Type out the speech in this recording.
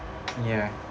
ya